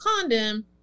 condom